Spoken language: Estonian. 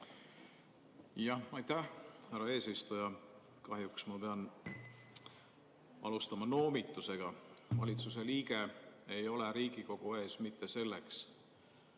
Aitäh, härra eesistuja! Kahjuks ma pean alustama noomitusega. Valitsuse liige ei ole Riigikogu ees mitte selleks,